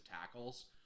tackles